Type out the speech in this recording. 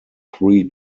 three